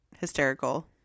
hysterical